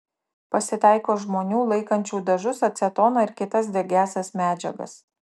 pasitaiko žmonių laikančių dažus acetoną ir kitas degiąsias medžiagas